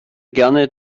gerne